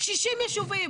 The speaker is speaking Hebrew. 60 יישובים,